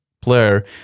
player